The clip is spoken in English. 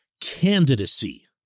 candidacy